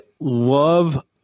love